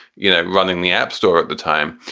you know, running the app store at the time.